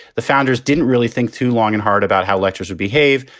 the founders didn't really think too long and hard about how lecture's would behave.